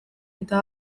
eta